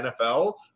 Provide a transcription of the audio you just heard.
NFL